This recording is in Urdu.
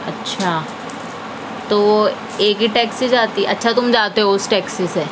اچھا تو وہ ایک ہی ٹیکسی جاتی اچھا تم جاتے ہو اُس ٹیکسی سے